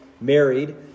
married